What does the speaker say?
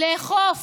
לסגור הפגנות,